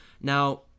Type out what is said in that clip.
Now